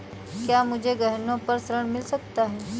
क्या मुझे गहनों पर ऋण मिल सकता है?